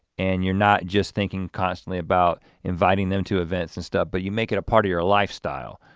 and you're not just thinking constantly about inviting them to events and stuff, but you make it a part of your lifestyle.